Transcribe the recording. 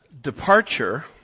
departure